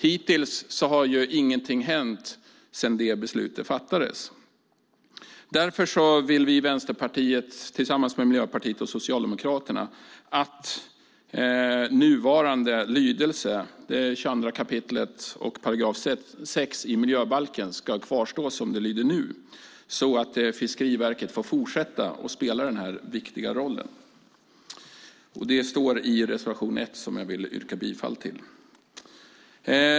Hittills har ingenting hänt sedan det beslutet fattades. Därför vill vi i Vänsterpartiet tillsammans med Miljöpartiet och Socialdemokraterna att nuvarande lydelse i 22 kap. 6 § i miljöbalken ska kvarstå och att Havs och vattenmyndigheten får fortsätta att spela den här viktiga rollen. Det står i reservation 1, som jag vill yrka bifall till.